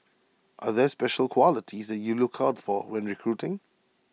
are there special qualities that you look out for when recruiting